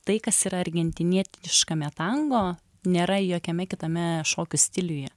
tai kas yra argentinietiškame tango nėra jokiame kitame šokių stiliuje